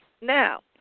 Now